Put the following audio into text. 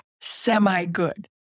semi-good